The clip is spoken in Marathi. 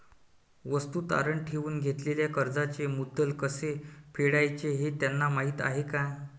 वस्तू तारण ठेवून घेतलेल्या कर्जाचे मुद्दल कसे फेडायचे हे त्यांना माहीत आहे का?